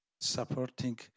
supporting